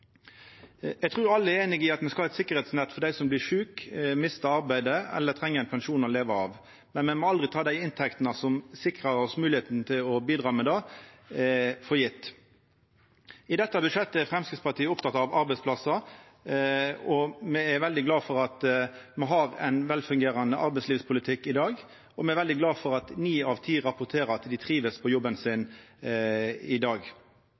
Eg trur alle er einige i at me skal ha eit sikkerheitsnett for dei som blir sjuke, mistar arbeidet eller treng ein pensjon å leva av, men me må aldri ta for gjeve dei inntektene som sikrar oss moglegheita til å bidra med det. I dette budsjettet er Framstegspartiet oppteke av arbeidsplassar, og me er veldig glade for å ha ein velfungerande arbeidslivspolitikk i dag. Me er veldig glade for at ni av ti rapporterer at dei trivst på jobben. Likevel er det nokre utfordringar i